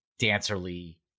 dancerly